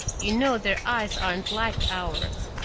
you know their eyes aren't like ours.